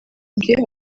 bwe